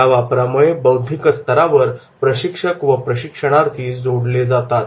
या वापरामुळे बौद्धिकस्तरावर प्रशिक्षक व प्रशिक्षणार्थी जोडले जातात